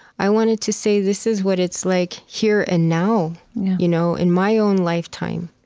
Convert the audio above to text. i wanted to say, this is what it's like here and now you know in my own lifetime.